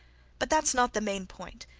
but that's not the main point.